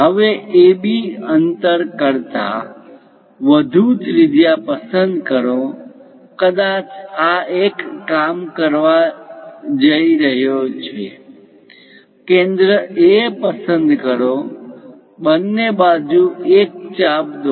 હવે AB અંતર કરતાં વધુ ત્રિજ્યા પસંદ કરો કદાચ આ એક કામ કરવા જઇ રહ્યો છે કેન્દ્ર A પસંદ કરો બંને બાજુ એક ચાપ દોરો